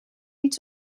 niet